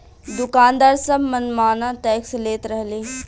दुकानदार सब मन माना टैक्स लेत रहले